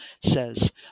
says